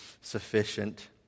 sufficient